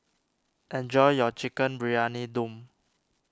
enjoy your Chicken Briyani Dum